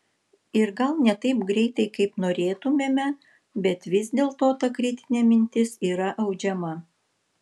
ir gal ne taip greitai kaip norėtumėme bet vis dėlto ta kritinė mintis yra audžiama